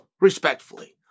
respectfully